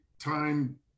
time